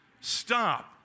Stop